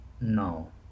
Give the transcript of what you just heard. No